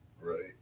Right